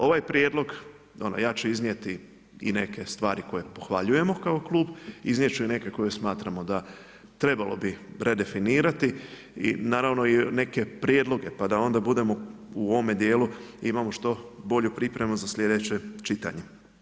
Ovaj prijedlog ono ja ću iznijeti i neke stvari koje pohvaljujemo kao klub, iznijet ću i neke koje smatramo da trebalo bi redefinirati i naravno i neke prijedloge, pa da onda budemo u ovome dijelu imamo što bolju pripremu za sljedeće čitanja.